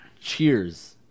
Cheers